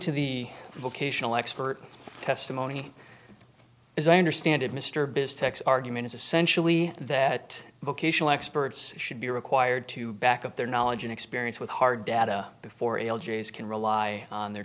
to the vocational expert testimony as i understand it mr biz tech's argument is essentially that vocational experts should be required to back up their knowledge and experience with hard data before elegies can rely on their